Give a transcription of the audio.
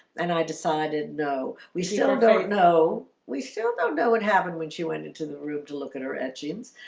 and i decided no we still don't know we still don't know what happened when she went into the room to look at her etchings,